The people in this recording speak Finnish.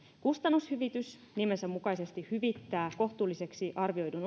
kustannushyvitys nimensä mukaisesti hyvittää kohtuulliseksi arvioidun